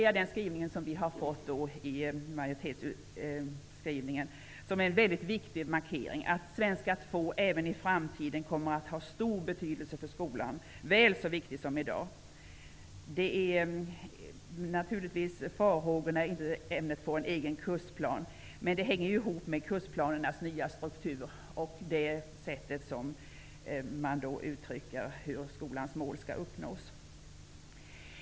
Jag ser här majoritetsskrivningen som en mycket viktig markering av att svenska 2 även i framtiden kommer att ha stor betydelse för skolan. Ämnet kommer att bli väl så viktigt som det är i dag. Farhågorna gäller att ämnet inte skall få en egen kursplan. Men detta hänger samman med kursplanernas nya struktur och det sätt på vilket man uttrycker att skolans mål skall uppnås.